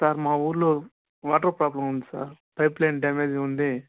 sir మా ఊరులో water problem ఉంది సార్ పైప్ లైన్ డామేజ్ ఉంది